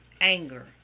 anger